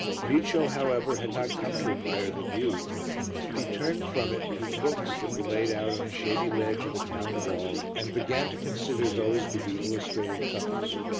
micio, however, had not come to admire the view he turned from it to the books that were laid out on a shady ledge of the town-wall and began to consider those with the illustrated covers.